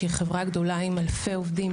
שהיא חברה גדולה עם אלפי עובדים,